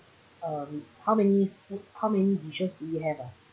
um how many food how many dishes do we have ah